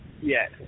Yes